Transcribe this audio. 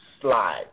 slide